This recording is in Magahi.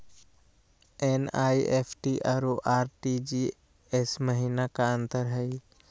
एन.ई.एफ.टी अरु आर.टी.जी.एस महिना का अंतर हई?